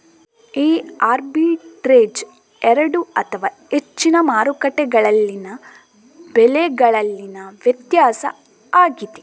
ಈ ಆರ್ಬಿಟ್ರೇಜ್ ಎರಡು ಅಥವಾ ಹೆಚ್ಚಿನ ಮಾರುಕಟ್ಟೆಗಳಲ್ಲಿನ ಬೆಲೆಗಳಲ್ಲಿನ ವ್ಯತ್ಯಾಸ ಆಗಿದೆ